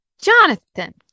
Jonathan